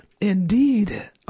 Indeed